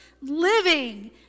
living